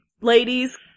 ladies